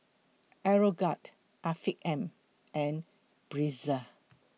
Aeroguard Afiq M and Breezer